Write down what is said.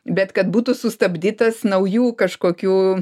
bet kad būtų sustabdytas naujų kažkokių